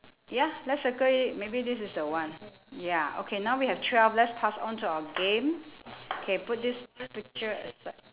ya let's circle it maybe this is the one ya okay now we have twelve let's pass on to our game K put this picture aside